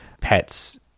pets